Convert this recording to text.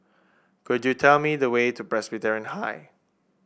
could you tell me the way to Presbyterian High